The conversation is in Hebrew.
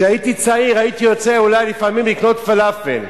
כשהייתי צעיר הייתי יוצא לפעמים לקנות פלאפל,